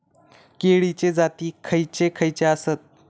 केळीचे जाती खयचे खयचे आसत?